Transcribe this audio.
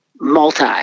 multi